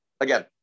again